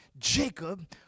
Jacob